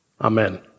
Amen